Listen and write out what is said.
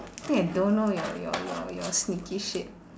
think I don't know your your your your sneaky shit